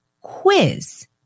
quiz